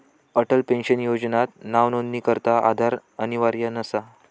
Atal pension योजनात नावनोंदणीकरता आधार अनिवार्य नसा